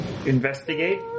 Investigate